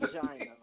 Vagina